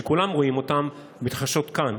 שכולם רואים אותן מתרחשות כאן,